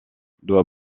doit